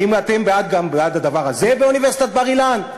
האם אתם בעד הדבר הזה באוניברסיטת בר-אילן?